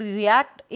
react